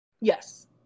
yes